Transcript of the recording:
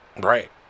Right